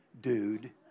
dude